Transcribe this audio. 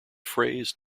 phrase